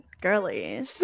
girly